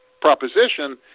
proposition